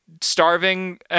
starving